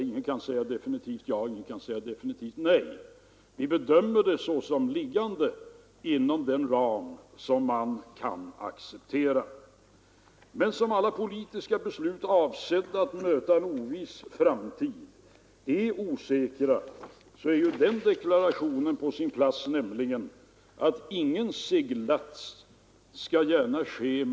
Ingen kan säga definitivt ja och ingen kan säga definitivt nej, men vi bedömer den såsom liggande inom den ram som man kan acceptera. Men eftersom alla politiska beslut, avsedda att möta en oviss framtid, måste vara osäkra är följande deklaration på sin plats: Ingen seglats bör företas med fasta skot.